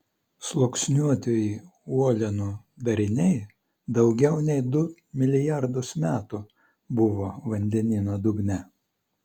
sluoksniuotieji uolienų dariniai daugiau nei du milijardus metų buvo vandenyno dugne